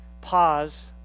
pause